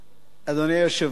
אדוני היושב-ראש,